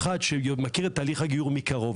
אחד שמכיר את תהליך הגיור מקרוב,